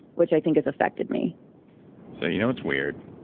which i think has affected me so you know what's weird?